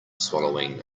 swallowing